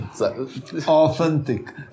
Authentic